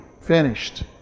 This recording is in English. finished